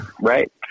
Right